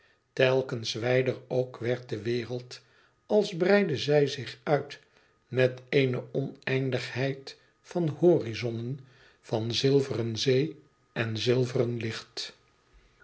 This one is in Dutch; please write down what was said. telkens wijder ook werd de wereld als breidde zij zich uit met eene oneindigheid van horizonnen van zilveren zee en zilveren licht